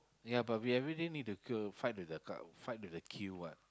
ya but we everyday need to queue fight with the cu~ fight with the queue [what]